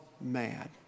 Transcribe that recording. mad